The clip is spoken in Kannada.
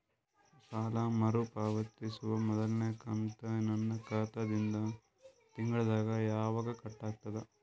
ಸಾಲಾ ಮರು ಪಾವತಿಸುವ ಮೊದಲನೇ ಕಂತ ನನ್ನ ಖಾತಾ ದಿಂದ ತಿಂಗಳದಾಗ ಯವಾಗ ಕಟ್ ಆಗತದ?